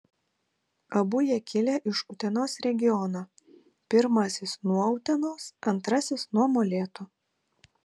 abu jie kilę iš utenos regiono pirmasis nuo utenos antrasis nuo molėtų